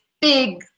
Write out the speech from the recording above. big